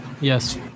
Yes